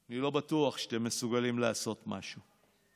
אני לא בטוח שאתם מסוגלים לעשות משהו,